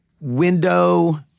window